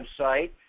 website